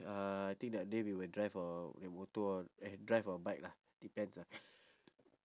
uh I think that day we will drive or with motor or and drive on bike lah depends lah